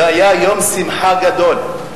זה היה יום שמחה גדול.